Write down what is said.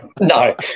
No